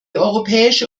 europäische